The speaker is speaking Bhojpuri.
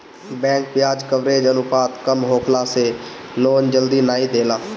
बैंक बियाज कवरेज अनुपात कम होखला से लोन जल्दी नाइ देला